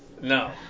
No